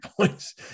points